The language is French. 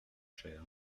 cher